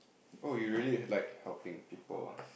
oh you really like helping people ah